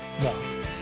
No